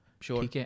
Sure